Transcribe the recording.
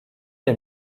est